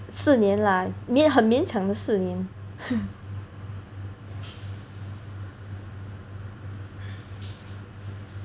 四年 lah 很勉强的四年